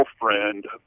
girlfriend